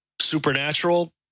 supernatural